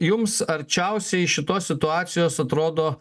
jums arčiausiai šitos situacijos atrodo